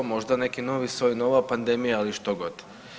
Možda neki novi soj, nova pandemija ili što god.